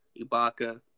Ibaka